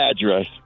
address